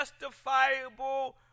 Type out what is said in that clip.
justifiable